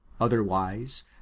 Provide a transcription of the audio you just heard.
otherwise